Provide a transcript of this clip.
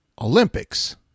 Olympics